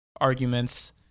arguments